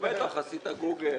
לא מצוין היכן הוא גר.